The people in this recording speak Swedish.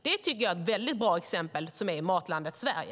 Det tycker jag är ett väldigt bra exempel på Matlandet Sverige.